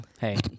hey